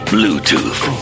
Bluetooth